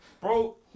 Bro